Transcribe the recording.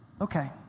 Okay